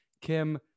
Kim